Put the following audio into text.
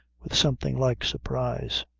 with something like surprise.